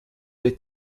der